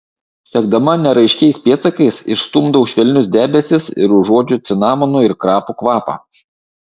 sekdama neraiškiais pėdsakais išstumdau švelnius debesis ir užuodžiu cinamonų ir krapų kvapą